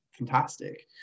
Fantastic